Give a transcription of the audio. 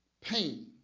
pain